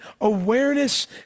awareness